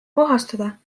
puhastada